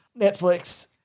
Netflix